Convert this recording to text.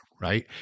right